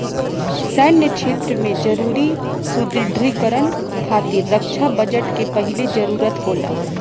सैन्य क्षेत्र में जरूरी सुदृढ़ीकरन खातिर रक्षा बजट के पहिले जरूरत होला